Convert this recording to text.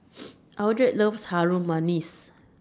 Eldred loves Harum Manis